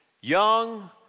young